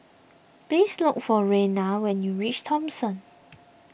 please look for Reina when you reach Thomson